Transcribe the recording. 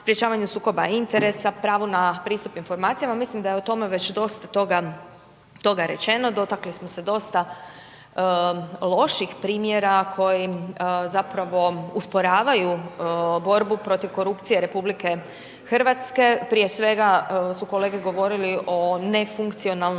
sprečavanju sukoba interesa, pravo na pristup informacijama, mislim da je o tome već dosta toga rečeno, dotakli smo se dosta loših primjera koji zapravo usporavaju borbu protiv korupcije RH. Prije svega su kolege govorili o nefunkcionalnom